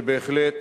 שבהחלט